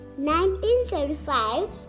1975